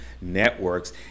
networks